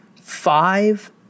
five